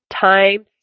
time